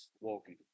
walking